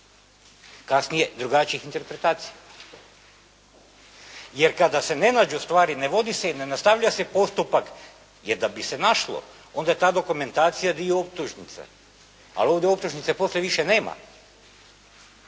Kasnije drugačijih interpretacija. Jer kada se ne nađu stvari ne vodi se i ne nastavlja se postupaka, jer da bi se našlo, onda je ta dokumentacija dio optužnice. Ali ovdje optužnice poslije više nema.